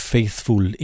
Faithful